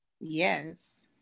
Yes